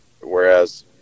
whereas